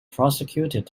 prosecuted